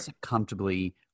comfortably